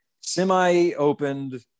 semi-opened